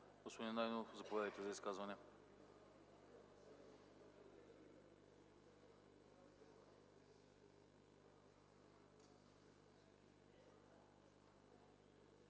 Господин Найденов, заповядайте за изказване.